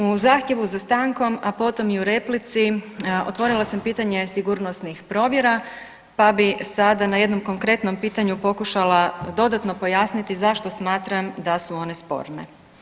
U zahtjevu za stankom, a potom i u replici otvorila sam pitanje sigurnosnih provjera, pa bi sada na jednom konkretnom pitanju pokušala dodatno pojasniti zašto smatram da su one sporne.